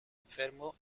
enfermo